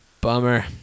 Bummer